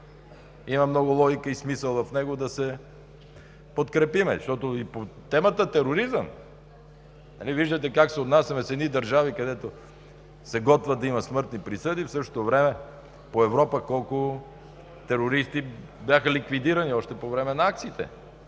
има много логика и смисъл в него, да се подкрепиме. Защото и по темата „тероризъм“ – нали виждате как се отнасяме с едни държави, където се готвят да има смъртни присъди, в същото време по Европа колко терористи бяха ликвидирани още по време на акциите?!